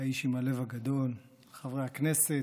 האיש עם הלב הגדול, חברי הכנסת,